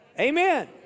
Amen